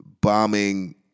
bombing